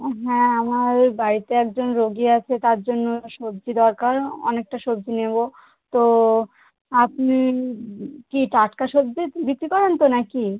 হ্যাঁ আমার বাড়িতে একজন রোগী আছে তার জন্য সবজি দরকার অনেকটা সবজি নেবো তো আপনি কি টাটকা সবজি বিক্রি করেন তো না কি